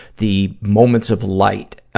the moments of light, ah,